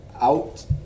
out